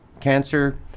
cancer